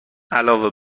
علاوه